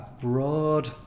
broad